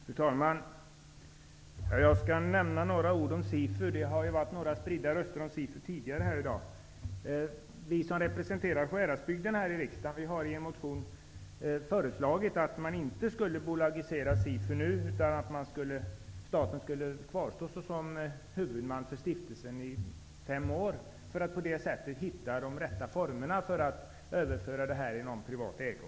Fru talman! Jag skall säga några ord om SIFU. Det har ju litet spritt talats om SIFU tidigare i dag. Vi i riksdagen som representerar Sjuhäradsbygden föreslår i en motion att SIFU inte skall bolagiseras. I stället skall staten kvarstå som huvudman för den här stiftelsen under fem år framåt för att vi på det sättet skall kunna hitta de rätta formerna för en överföring i privat ägo.